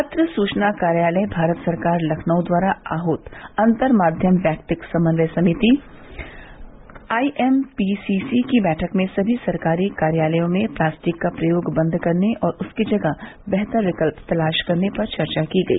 पत्र सुचना कार्यालय भारत सरकार लखनऊ द्वारा आहत अंतर माध्यम वैक्तिक समन्वय समिति आईएमपीसीसी की बैठक में सभी सरकारी कार्यालयों में प्लास्टिक का प्रयोग बंद करने और उसकी जगह बेहतर विकल्प तलाश करने पर चर्चा की गई